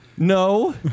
No